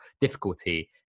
difficulty